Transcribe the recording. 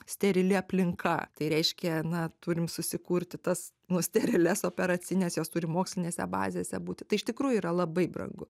sterili aplinka tai reiškia na turim susikurti tas na sterilias operacines jos turi mokslinėse bazėse būti tai iš tikrųjų yra labai brangu